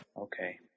Okay